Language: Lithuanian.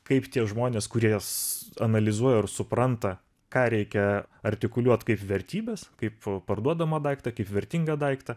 kaip tie žmonės kurie jas analizuoja ir supranta ką reikia artikuliuot kaip vertybes kaip parduodamą daiktą kaip vertingą daiktą